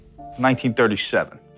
1937